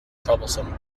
troublesome